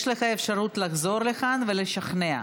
יש לך אפשרות לחזור לכאן ולשכנע.